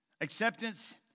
acceptance